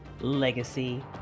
Legacy